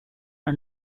are